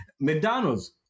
McDonald's